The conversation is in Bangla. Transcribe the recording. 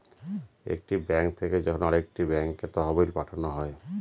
একটি ব্যাঙ্ক থেকে যখন আরেকটি ব্যাঙ্কে তহবিল পাঠানো হয়